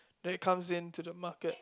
then it comes into the market